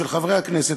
של חברי הכנסת,